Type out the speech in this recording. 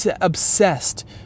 obsessed